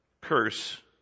curse